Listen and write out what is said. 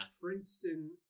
Princeton